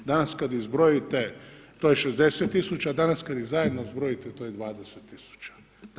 Danas kad izbrojite to je 60 tisuća a danas kada ih zajedno izbrojite to je 20 tisuća.